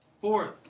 Fourth